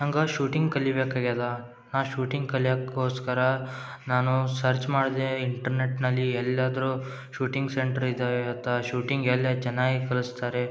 ನಂಗೆ ಶೂಟಿಂಗ್ ಕಲಿಬೇಕಾಗ್ಯದಾ ನಾ ಶೂಟಿಂಗ್ ಕಲಿಯಕ್ಕೋಸ್ಕರ ನಾನು ಸರ್ಚ್ ಮಾಡ್ದೆ ಇಂಟರ್ನೆಟ್ನಲ್ಲಿ ಎಲ್ಯಾದ್ರೂ ಶೂಟಿಂಗ್ ಸೆಂಟ್ರ್ ಇದಾವೆ ಅಥ್ವಾ ಶೂಟಿಂಗ್ ಎಲ್ಲೆ ಚೆನ್ನಾಗಿ ಕಲ್ಸ್ತಾರೆ